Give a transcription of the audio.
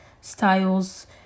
styles